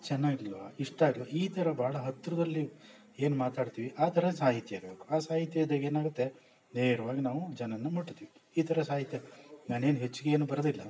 ಚೆನ್ನಾಗಿಲ್ವ ಇಷ್ಟ ಆ ಈ ಥರ ಭಾಳ ಹತ್ತಿರದಲ್ಲಿ ಏನು ಮಾತಾಡ್ತೀವಿ ಆ ಥರ ಸಾಹಿತ್ಯ ಬೇಕು ಆ ಸಾಹಿತ್ಯ ಇದ್ದಾಗ ಏನಾಗತ್ತೆ ನೇರವಾಗಿ ನಾವು ಜನರನ್ನ ಮುಟ್ತೀವಿ ಈ ಥರ ಸಾಹಿತ್ಯ ನಾನೇನು ಹೆಚ್ಚಿಗೇನು ಬರೆದಿಲ್ಲ